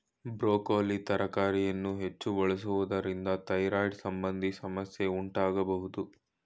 broccoli ತರಕಾರಿಯನ್ನು ಹೆಚ್ಚು ಬಳಸುವುದರಿಂದ ಥೈರಾಯ್ಡ್ ಸಂಬಂಧಿ ಸಮಸ್ಯೆ ಉಂಟಾಗಬೋದು